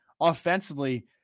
offensively